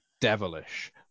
devilish